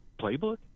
playbook